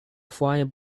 flying